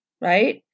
right